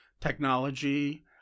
technology